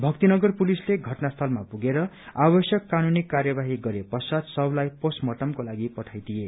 भक्तिनगर पुलिसले घटनास्थलमा पुगेर आवश्यक कानूनी कार्यवाही गरे पश्चात शवलाई पोस्टमार्टमको लागि पठाइ दिए